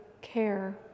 care